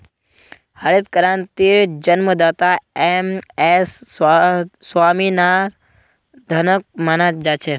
हरित क्रांतिर जन्मदाता एम.एस स्वामीनाथनक माना जा छे